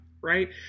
right